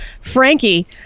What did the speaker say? Frankie